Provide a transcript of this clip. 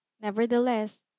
Nevertheless